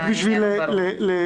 רק כדי שתבינו.